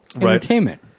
entertainment